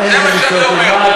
זה מה שאני אומר.